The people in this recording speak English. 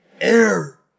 air